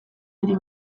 ere